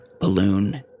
balloon